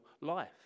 life